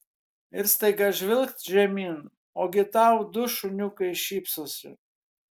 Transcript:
ir staiga žvilgt žemyn ogi tau du šuniukai šypsosi